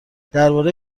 درباره